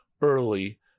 early